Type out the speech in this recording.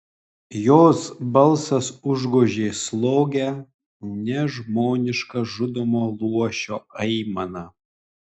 jos balsas užgožė slogią nežmonišką žudomo luošio aimaną